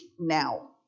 now